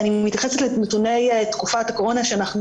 אני מתייחסת לנתוני תקופת הקורונה שאנחנו